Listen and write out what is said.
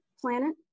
planet